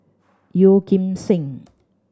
Yeo Kim Seng